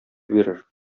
бирер